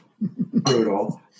brutal